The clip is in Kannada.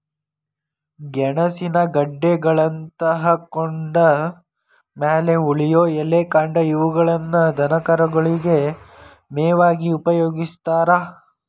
ಗೆಣಸಿನ ಗೆಡ್ಡೆಗಳನ್ನತಕ್ಕೊಂಡ್ ಮ್ಯಾಲೆ ಉಳಿಯೋ ಎಲೆ, ಕಾಂಡ ಇವುಗಳನ್ನ ದನಕರುಗಳಿಗೆ ಮೇವಾಗಿ ಉಪಯೋಗಸ್ತಾರ